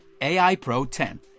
AIPRO10